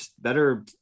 better